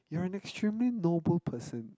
you're an extremely noble person